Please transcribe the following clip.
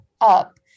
up